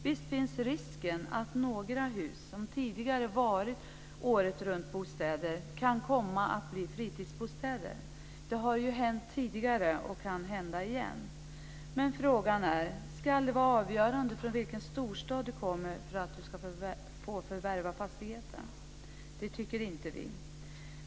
Visst finns risken att några hus som tidigare varit åretruntbostäder blir fritidsbostäder. Det har ju hänt tidigare och det kan hända igen men frågan är: Ska det vara avgörande vilken storstad man kommer från för att man ska få förvärva en fastighet? Det tycker inte vi.